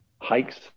hikes